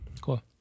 Cool